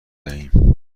دهیم